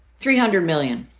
three hundred million.